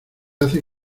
hace